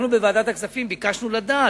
אנחנו בוועדת הכספים ביקשנו לדעת.